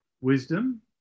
wisdom